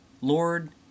Lord